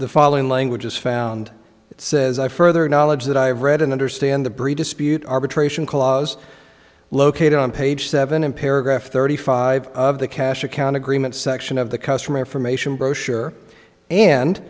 the following language is found it says i further knowledge that i have read and understand the bre dispute arbitration clause located on page seven in paragraph thirty five of the cash account agreement section of the customer